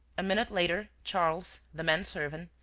a minute later, charles, the man-servant,